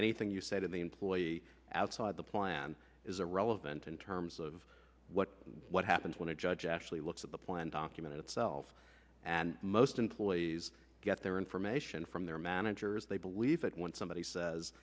anything you said in the employee outside the plan is irrelevant in terms of what what happens when a judge actually looks at the plan document itself and most employees get their information from their managers they believe that when somebody says